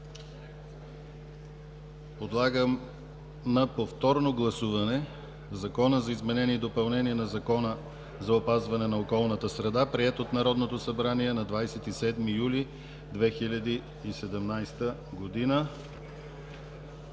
Подлагам на повторно гласуване Закона за изменение и допълнение на Закона за опазване на околната среда, приет от Народното събрание на 27 юли 2017 г.